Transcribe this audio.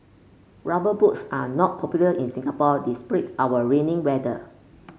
rubber boots are not popular in Singapore our rainy weather